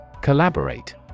Collaborate